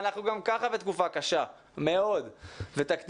אנחנו גם ככה בתקופה קשה מאוד ותקדימית.